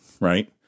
right